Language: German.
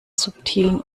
subtilen